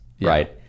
Right